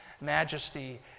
majesty